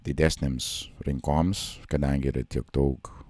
didesnėms rinkoms kadangi yra tiek daug